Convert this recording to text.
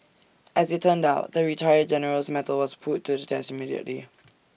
as IT turned out the retired general's mettle was put to the test immediately